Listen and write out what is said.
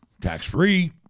tax-free